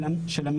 הטפסים.